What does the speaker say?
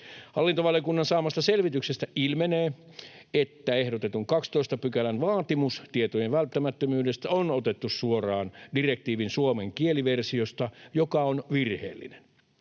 Hallintovaliokunnan saamasta selvityksestä ilmenee, että ehdotetun 12 §:n vaatimus tietojen välttämättömyydestä on otettu suoraan direktiivin suomen kieliversiosta, joka on virheellinen.